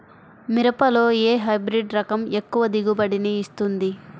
మిరపలో ఏ హైబ్రిడ్ రకం ఎక్కువ దిగుబడిని ఇస్తుంది?